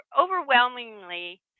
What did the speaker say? overwhelmingly